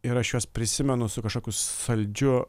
ir aš juos prisimenu su kažkokiu saldžiu